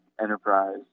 enterprise